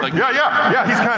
like yeah yeah, yeah he's yeah